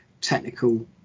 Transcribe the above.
technical